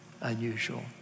unusual